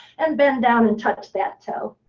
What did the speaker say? and bend down and touch that toe.